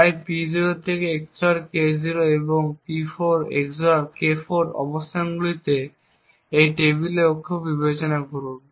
তাই এখন P0 XOR K0 এবং P4 XOR K4 অবস্থানগুলিতে এই টেবিলের অক্ষ বিবেচনা করুন